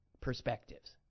perspectives